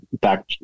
back